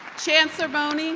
chancellor mone,